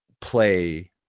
play